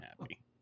happy